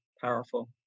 Powerful